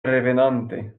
revenante